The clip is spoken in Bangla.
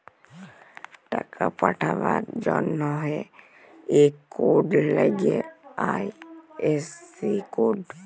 টাকা পাঠাবার জনহে ইক কোড লাগ্যে আই.এফ.সি কোড